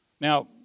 Now